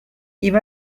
iba